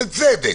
ובצדק.